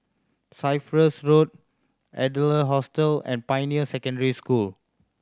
Cyprus Road Adler Hostel and Pioneer Secondary School